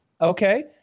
okay